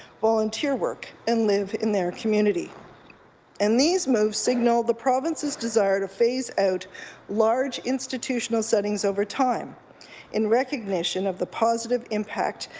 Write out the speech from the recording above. volunteer work and live in their community and these moves signal the province's desire to phase out large institutional settings over time in recognition of the positive impact,